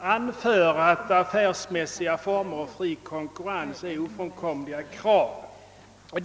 anförs att affärsmässiga former och fri konkurrens är ofrånkomliga krav.